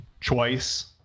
twice